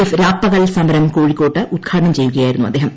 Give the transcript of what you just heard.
F രാപകൽ സമ്രം കോഴിക്കോട്ട് ഉദ്ഘാടനം ചെയ്യുകയായിരുന്നു അദ്ദേഹം